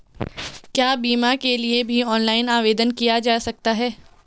क्या बीमा के लिए भी ऑनलाइन आवेदन किया जा सकता है?